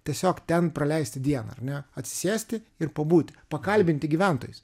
tiesiog ten praleisti dieną ar ne atsisėsti ir pabūti pakalbinti gyventojus